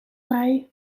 vrij